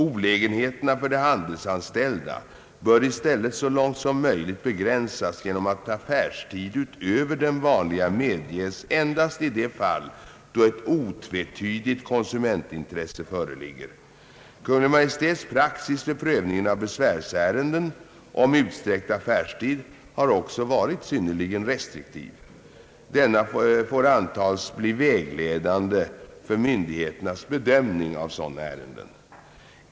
Olägenheterna för de handelsanställda bör i stället så långt som möjligt begränsas genom att affärstid utöver den vanliga medges endast i de fall då ett otvetydigt konsumentintresse föreligger. Kungl. Maj:ts praxis vid prövningen av besvärsärenden om utsträckt affärstid har också varit synnerligen restriktiv. Denna får antas bli vägledande för myndigheternas bedömning av sådana ärenden.